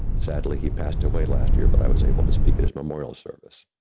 sadly, he passed away last year, but i was able to speak at his memorial service.